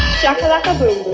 shakalaka